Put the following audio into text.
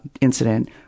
incident